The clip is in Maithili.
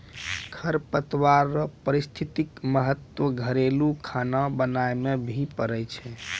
खरपतवार रो पारिस्थितिक महत्व घरेलू खाना बनाय मे भी पड़ै छै